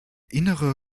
innere